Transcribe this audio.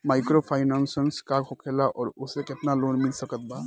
Microfinance का होखेला और ओसे केतना लोन मिल सकत बा?